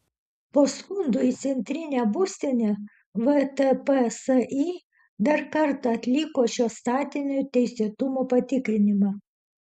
po skundų į centrinę būstinę vtpsi dar kartą atliko šio statinio teisėtumo patikrinimą